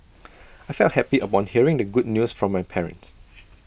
I felt happy upon hearing the good news from my parents